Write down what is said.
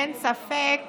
אין ספק